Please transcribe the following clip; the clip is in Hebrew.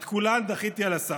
את כולן דחיתי על הסף.